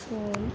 सं